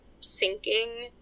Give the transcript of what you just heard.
sinking